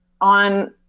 on –